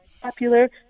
popular